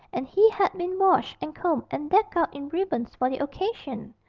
and he had been washed and combed and decked out in ribbons for the occasion,